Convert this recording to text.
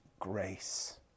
grace